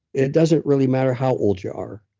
it doesn't really matter how old you are.